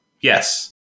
Yes